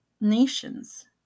nations